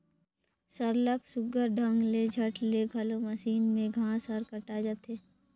सरलग सुग्घर ढंग ले झट ले घलो मसीन में घांस हर कटाए जाथे